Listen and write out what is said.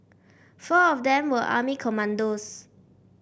four of them were army commandos